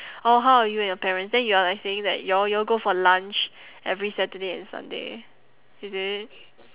oh how are you and your parents then you are like saying that y'all y'all go for lunch every saturday and sunday is it